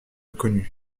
connu